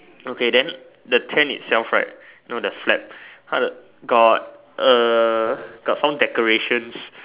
okay then the tent itself right you know the flap 他的 got uh got some decorations